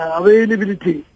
availability